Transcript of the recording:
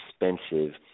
expensive